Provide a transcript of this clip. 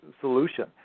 solution